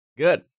Good